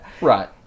Right